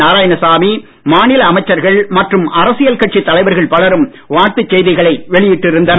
நாராயணசாமி மாநில அமைச்சர்கள் மற்றும் அரசியல் கட்சித் தலைவர்கள் பலரும் வாழ்த்துச் செய்திகளை வெளியிட்டு இருந்தனர்